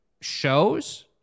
shows